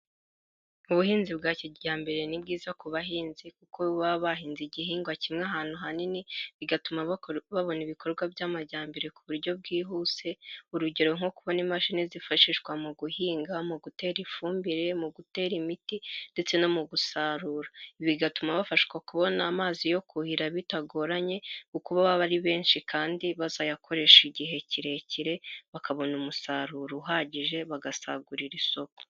Ubuhinzi bwa kijyambere ni bwiza ku bahinzi kuko baba bahinze igihingwa kimwe ahantu hanini bigatuma babona ibikorwa by'amajyambere ku buryo bwihuse, urugero nko kubona imashini zifashishwa mu guhinga, mu gutera ifumbire mu gutera imiti ndetse no mu gusarura. bigatuma bafashwa kubona amazi yo kuhira bitagoranye kuko baba ari benshi kandi bazayakoresha igihe kirekire bakabona umusaruro uhagije bagasagurira isoko.